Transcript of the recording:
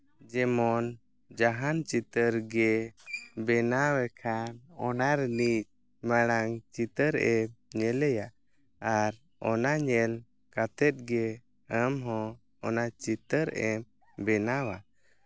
ᱡᱮᱢᱚᱱ ᱡᱟᱦᱟᱱ ᱪᱤᱛᱟᱹᱨ ᱜᱮ ᱵᱮᱱᱟᱣ ᱞᱮᱠᱷᱟᱱ ᱚᱱᱟ ᱨᱮᱱᱤᱡ ᱢᱟᱲᱟᱝ ᱪᱤᱛᱟᱹᱨᱮ ᱧᱮᱞᱮᱭᱟ ᱟᱨ ᱚᱱᱟ ᱧᱮᱞ ᱠᱟᱛᱮᱫ ᱜᱮ ᱟᱢ ᱦᱚᱸ ᱚᱱᱟ ᱪᱤᱛᱟᱹᱨᱮᱢ ᱵᱮᱱᱟᱣᱟ